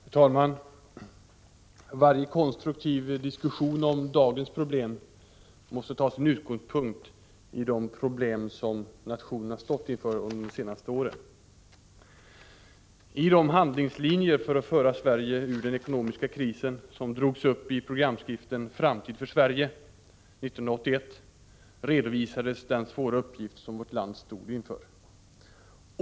Herr talman! Varje konstruktiv diskussion om dagens problem måste tas som utgångspunkt när det gäller de problem som nationen har stått inför under de senaste åren. I de handlingslinjer för att föra Sverige ut ur den ekonomiska krisen som drogs upp 1981 i programskriften Framtid för Sverige redovisades den svåra uppgift som vårt land stod inför.